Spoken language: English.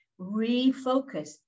refocus